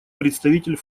представитель